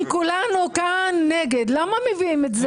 אם כולנו כאן נגד, למה מביאים את זה?